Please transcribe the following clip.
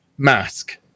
mask